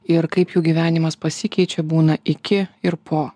ir kaip jų gyvenimas pasikeičia būna iki ir po